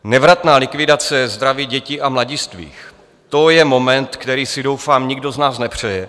Nevratná likvidace zdraví dětí a mladistvých, to je moment, který si doufám nikdo z nás nepřeje.